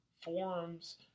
forums